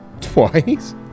Twice